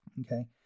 Okay